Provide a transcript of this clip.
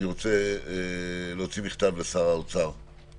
אני רוצה להוציא מכתב לשר האוצר על